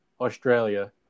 Australia